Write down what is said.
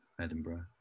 Edinburgh